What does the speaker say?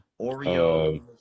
Oreo